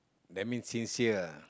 that mean sincere